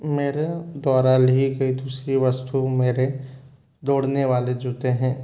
मेरा द्वारा ली गई दूसरी वस्तु मेरे दौड़ने वाले जूते हैं